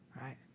right